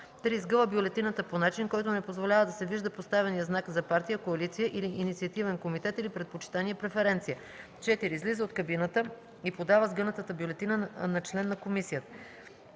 3. сгъва бюлетината по начин, който не позволява да се вижда поставеният знак за партия, коалиция или инициативен комитет или предпочитание (преференция); 4. излиза от кабината и подава сгънатата бюлетина на член на комисията.